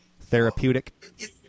Therapeutic